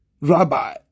Rabbi